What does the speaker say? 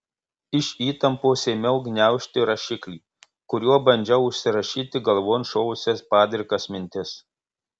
iš įtampos ėmiau graužti rašiklį kuriuo bandžiau užsirašyti galvon šovusias padrikas mintis